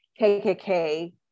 KKK